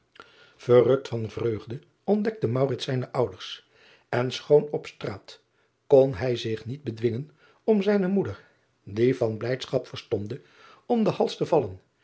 errukt van vreugde ontdekte zijne ouders en schoon op straat kon hij zich niet bedwingen om zijne moeder die van blijdschap verstomde om den hals te vallen